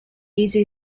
easy